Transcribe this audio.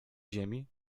ziemi